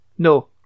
No